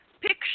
picture